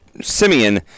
Simeon